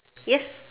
yes